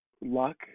luck